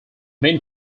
main